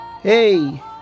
Hey